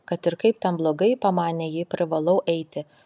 kad ir kaip ten blogai pamanė ji privalau eiti